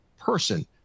person